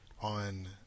on